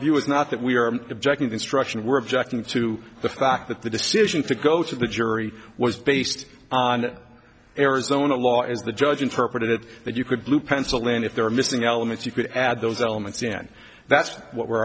view is not that we are objecting instruction were objecting to the fact that the decision to go to the jury was based on arizona law as the judge interpreted it that you could blue pencil and if there are missing elements you could add those elements in that's what we're